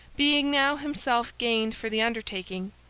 being now himself gained for the undertaking,